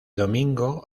domingo